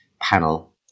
panel